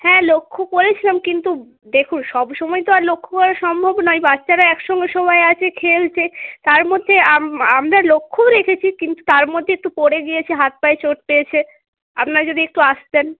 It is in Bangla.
হ্যাঁ লক্ষ্য করেছিলাম কিন্তু দেখুন সবসময় তো আর লক্ষ্য করা সম্ভব নয় বাচ্চারা একসঙ্গে সবাই আছে খেলছে তার মধ্যে আমরা লক্ষ্যও রেখেছি কিন্তু তার মধ্যে একটু পড়ে গিয়েছে হাত পায়ে চোট পেয়েছে আপনারা যদি একটু আসতেন